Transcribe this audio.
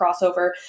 crossover